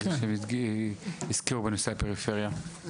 הזכירו בנושא הפריפריה,